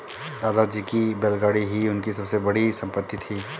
दादाजी की बैलगाड़ी ही उनकी सबसे बड़ी संपत्ति थी